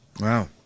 Wow